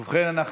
ובכן,